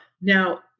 Now